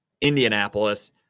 indianapolis